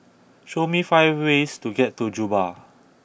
show me five ways to get to Juba